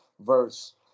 verse